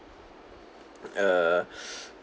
err